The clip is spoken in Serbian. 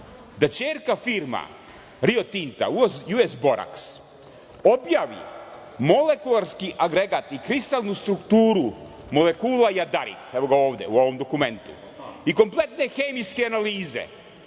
da ćerka firma Rio Tinta, US Borax, objavi molekularski agregat i kristalnu strukturu molekula jadarit, evo ga ovde u ovom dokumentu i kompletne hemijske analize